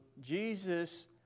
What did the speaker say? Jesus